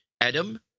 Adam